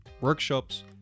workshops